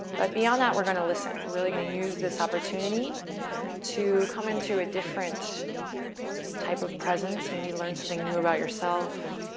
but beyond that, we're going to listen. we're really going to use this opportunity to come into a different type of presence, maybe learn something new about yourself.